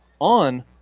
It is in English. on